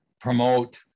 promote